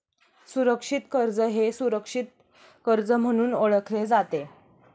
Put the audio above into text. सुरक्षित कर्ज हे सुरक्षित कर्ज म्हणून ओळखले जाते